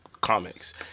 comics